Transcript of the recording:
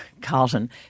Carlton